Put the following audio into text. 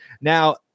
Now